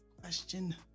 question